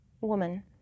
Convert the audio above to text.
woman